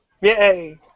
Yay